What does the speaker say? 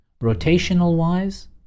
Rotational-wise